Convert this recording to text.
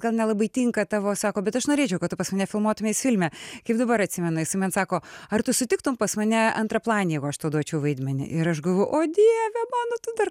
gal nelabai tinka tavo sako bet aš norėčiau kad tu pas mane filmuotumeis filme kaip dabar atsimenu jisai man sako ar tu sutiktum pas mane antraplanį jeigu aš tau duočiau vaidmenį ir aš galvojau o dieve mano tu dar